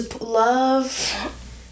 love